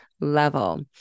level